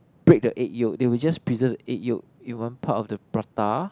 break the egg yolk they will just preserve the egg yolk in one part of the prata